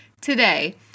Today